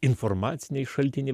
informaciniai šaltiniai